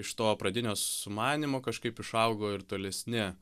iš to pradinio sumanymo kažkaip išaugo ir tolesni